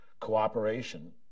cooperation